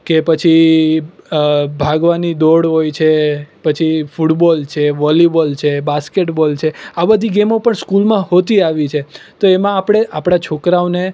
કે પછી ભાગવાની દોડ હોય છે પછી ફૂટબોલ છે વોલીબોલ છે બાસ્કેટબોલ છે આ બધી ગેમો પણ સ્કૂલમાં હોતી આવી છે તો એમાં આપણે આપણા છોકરાઓને